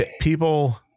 people